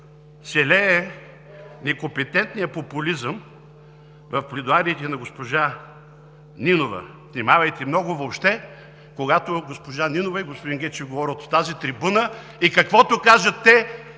се лее некомпетентният популизъм в пледоариите на госпожа Нинова. Внимавайте много въобще, когато госпожа Нинова и господин Гечев говорят от тази трибуна. И каквото кажат те